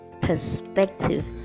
perspective